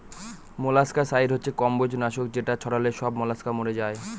molluscicide হচ্ছে কম্বজ নাশক যেটা ছড়ালে সব মলাস্কা মরে যায়